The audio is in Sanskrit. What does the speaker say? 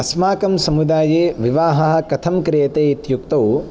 अस्माकं समुदाये विवाहः कथं क्रियते इत्युक्तौ